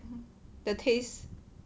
the taste